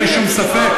אין לי שום ספק.